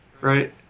right